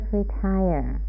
retire